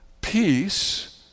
peace